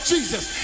Jesus